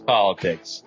Politics